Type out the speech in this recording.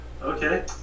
Okay